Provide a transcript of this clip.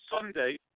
Sunday